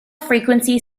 frequency